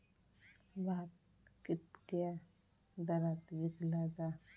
भात कित्क्या दरात विकला जा?